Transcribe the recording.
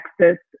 Texas